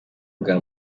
ubwa